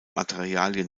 materialien